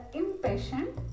impatient